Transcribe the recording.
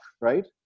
right